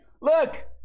Look